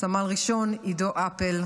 סמל ראשון עידו אפל.